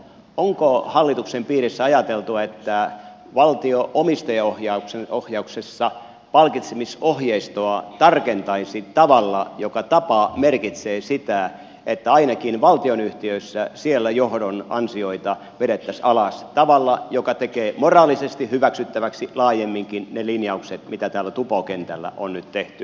onko hallituksen piirissä ajateltu että valtio omistajaohjauksessa tarkentaisi palkitsemisohjeistoa tavalla joka tapa merkitsee sitä että ainakin valtionyhtiöissä johdon ansioita vedettäisiin alas tavalla joka tekee moraalisesti hyväksyttäväksi laajemminkin ne linjaukset mitä tällä tupo kentällä on nyt tehty